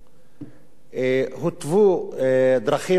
והותוו דרכים לפתור אותן.